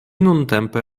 nuntempe